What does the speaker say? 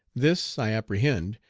this, i apprehend,